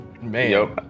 man